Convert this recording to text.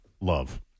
Love